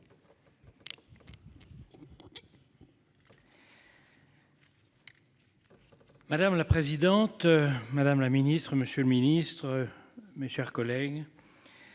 Madame la présidente. Madame la Ministre, Monsieur le Ministre. Mes chers collègues.